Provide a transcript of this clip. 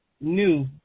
new